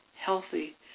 healthy